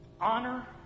Honor